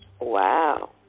Wow